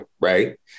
right